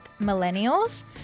millennials